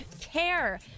care